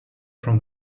from